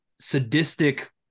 sadistic